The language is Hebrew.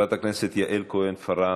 חברת הכנסת יעל כהן-פארן,